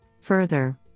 Further